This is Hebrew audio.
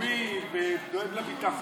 שטוען שהוא ציוני ולאומי ודואג לביטחון,